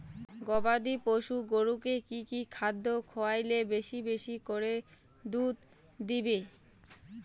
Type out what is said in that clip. গবাদি পশু গরুকে কী কী খাদ্য খাওয়ালে বেশী বেশী করে দুধ দিবে?